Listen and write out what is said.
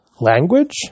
language